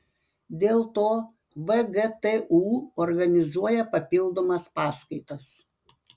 dėl to vgtu organizuoja papildomas paskaitas